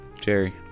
Jerry